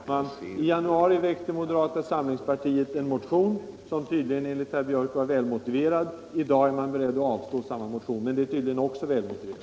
Herr talman! I januari väckte moderata samlingspartiet en motion, som enligt herr Björck var välmotiverad. I dag är man beredd att avslå samma motion. Det anser han tydligen också välmotiverat.